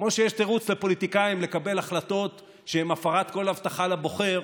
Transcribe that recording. כמו שיש תירוץ לפוליטיקאים לקבל החלטות שהן הפרת כל הבטחה לבוחר,